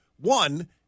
one